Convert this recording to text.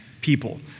people